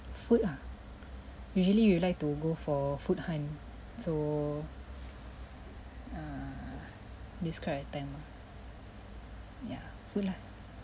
food ah usually we like to go for food hunt so so err describe a time ah yeah food lah